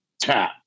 tap